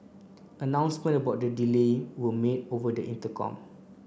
announcement about the delay were made over the intercom